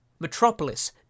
Metropolis